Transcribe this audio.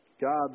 God's